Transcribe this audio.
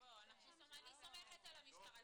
--- אני סומכת על המשטרה,